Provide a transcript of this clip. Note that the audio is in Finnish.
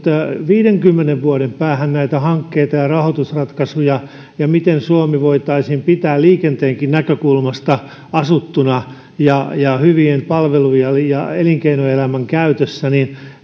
viidenkymmenen vuoden päähän hankkeita ja rahoitusratkaisuja ja sitä miten suomi voitaisiin pitää liikenteenkin näkökulmasta asuttuna ja ja hyvien palvelujen ja elinkeinoelämän käytössä